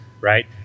right